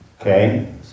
okay